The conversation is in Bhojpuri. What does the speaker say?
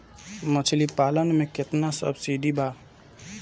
मछली पालन मे केतना सबसिडी बा?